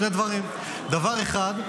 שני דברים: דבר אחד,